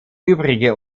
übrige